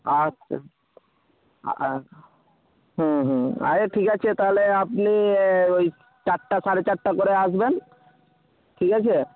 আচ্ছা হুম হুম আচ্ছা ঠিক আছে তাহলে আপনি ওই চারটে সাড়ে চারটে করে আসবেন ঠিক আছে